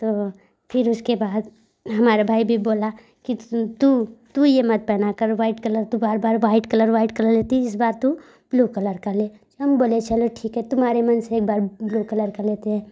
तो फिर उसके बाद हमारा भाई भी बोला कि तू तू यह मत पहना कर वाईट कलर तू बार बार वाईट कलर वाईट कलर ही लेती इस बार तो ब्लू कलर का ले हम बोले चलो ठीक है तुम्हारे मन से एक बार ब्लू कलर का लेते हैं